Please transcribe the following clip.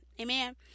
Amen